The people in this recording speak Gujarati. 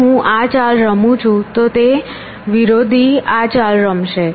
જો હું આ ચાલ રમું છું તો વિરોધી આ ચાલ રમશે